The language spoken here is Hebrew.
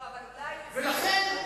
לא, אבל אולי, לכן,